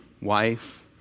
wife